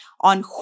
on